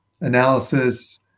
analysis